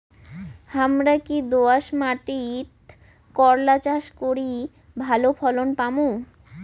হামরা কি দোয়াস মাতিট করলা চাষ করি ভালো ফলন পামু?